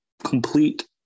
complete